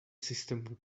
system